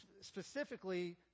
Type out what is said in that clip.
specifically